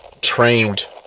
trained